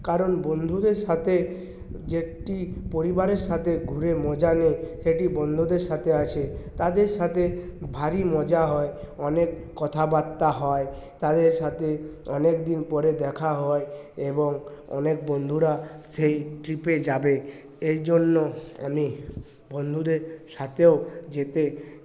কারণ বন্ধুদের সাথে যেটি পরিবারের সাথে ঘুরে মজা নেই সেটি বন্ধুদের সাথে আছে তাদের সাথে ভারী মজা হয় অনেক কথাবার্তা হয় তাদের সাথে অনেকদিন পরে দেখা হয় এবং অনেক বন্ধুরা সেই ট্রিপে যাবে এরজন্য আমি বন্ধুদের সাথেও যেতে